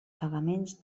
pagaments